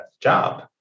job